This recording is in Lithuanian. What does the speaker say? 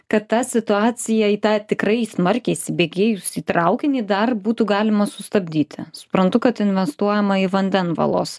kad tą situaciją į tą tikrai smarkiai įsibėgėjusį traukinį dar būtų galima sustabdyti suprantu kad investuojama į vandenvalos